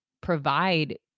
provide